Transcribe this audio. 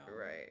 Right